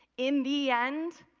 in the end,